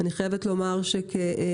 אני חייבת לומר שכפרלמנטרית,